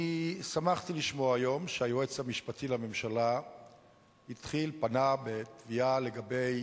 אני שמחתי לשמוע היום שהיועץ המשפטי לממשלה פנה בתביעה לגבי